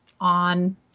on